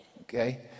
Okay